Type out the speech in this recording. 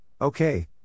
okay